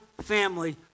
family